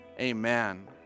Amen